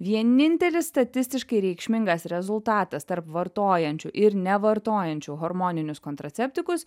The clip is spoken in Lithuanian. vienintelis statistiškai reikšmingas rezultatas tarp vartojančių ir nevartojančių hormoninius kontraceptikus